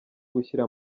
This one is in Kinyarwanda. gushyira